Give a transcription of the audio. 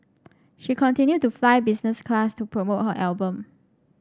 she continued to fly business class to promote her album